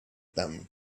them